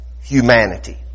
humanity